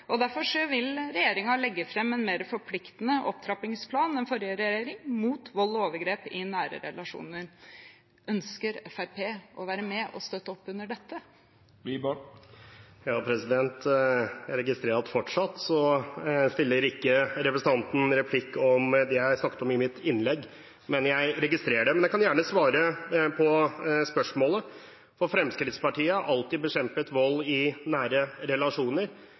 Derfor vil regjeringen legge fram en mer forpliktende opptrappingsplan enn forrige regjering mot vold og overgrep i nære relasjoner. Ønsker Fremskrittspartiet å være med og støtte opp under dette? Jeg registrerer at representantens replikk fortsatt ikke handler om det jeg snakket om i mitt innlegg. Men jeg kan gjerne svare på spørsmålet, for Fremskrittspartiet har alltid bekjempet vold i nære relasjoner.